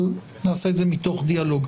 אבל נעשה את זה מתוך דיאלוג.